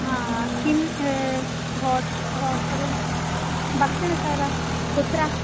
हा किं हाट्स् हाट्सर्वं भक्षणसारं कुत्र